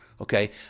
okay